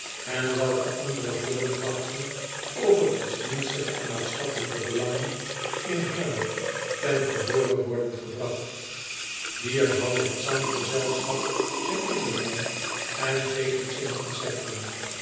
en welke andere voordragten over godsdienstige en maatschappelijke belangen in engelo ten gehoore worden gebragt ier houdt het zanggezelschap zijn oefeningen en geeft het zijn concerten